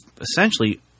essentially